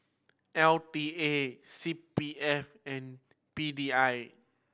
L T A C P F and P D I